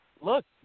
look